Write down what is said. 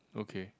okay